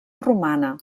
romana